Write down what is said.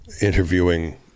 interviewing